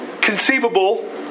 conceivable